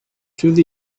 through